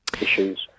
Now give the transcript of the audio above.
issues